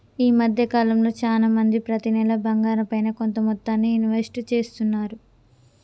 ఈ మద్దె కాలంలో చానా మంది ప్రతి నెలా బంగారంపైన కొంత మొత్తాన్ని ఇన్వెస్ట్ చేస్తున్నారు